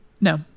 No